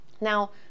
Now